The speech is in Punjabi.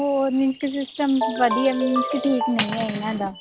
ਹੋਰ ਮੀਨਸ ਕਿ ਸਿਸਟਮ ਵਧੀਆ ਮੀਨਜ਼ ਕਿ ਠੀਕ ਨਹੀਂ ਹੈ ਇਹਨਾਂ ਦਾ